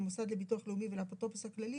למוסד לביטוח לאומי ולאפוטרופוס הכללי,